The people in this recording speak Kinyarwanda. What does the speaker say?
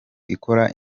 ikora